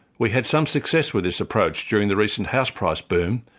we had some success with this approach during the recent house price boom,